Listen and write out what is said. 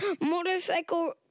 Motorcycle